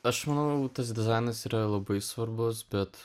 aš manau tas dizainas yra labai svarbus bet